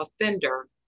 offender